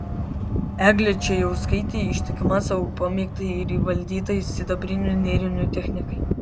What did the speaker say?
eglė čėjauskaitė ištikima savo pamėgtai ir įvaldytai sidabrinių nėrinių technikai